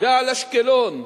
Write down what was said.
ועל אשקלון,